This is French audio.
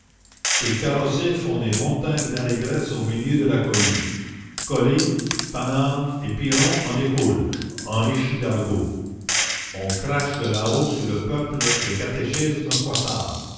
ces carrossées font des montagnes d'allégresse au milieu de la cohue collé panard et piron en découlent enrichis d'argot on crache de là-haut sur le peuple le catéchisme poissard